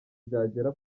byagera